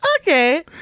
Okay